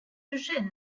eugène